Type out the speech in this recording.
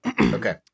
okay